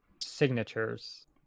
signatures